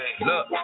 look